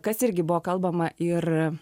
kas irgi buvo kalbama ir